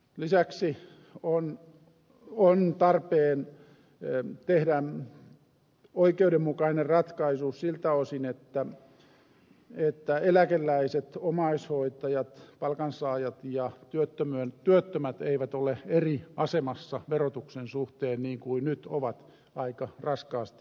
lisäksi on tarpeen tehdä oikeudenmukainen ratkaisu siltä osin että eläkeläiset omaishoitajat palkansaajat ja työttömät eivät ole verotuksen suhteen eri asemassa niin kuin nyt ovat aika raskaasti